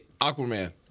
Aquaman